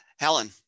Helen